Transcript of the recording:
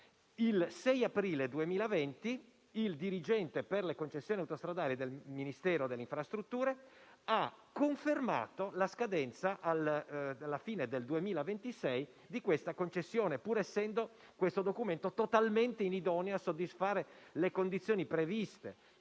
il 6 aprile 2020 il dirigente per le concessioni autostradali del Ministero delle infrastrutture ha confermato la scadenza della concessione alla fine del 2026, pur essendo questo documento totalmente inidoneo a soddisfare le condizioni previste